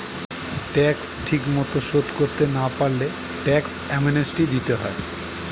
tax ঠিকমতো শোধ করতে না পারলে ট্যাক্স অ্যামনেস্টি দিতে হয়